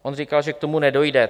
On říkal, že k tomu nedojde.